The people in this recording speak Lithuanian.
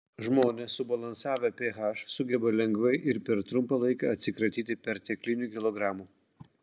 žmonės subalansavę ph sugeba lengvai ir per trumpą laiką atsikratyti perteklinių kilogramų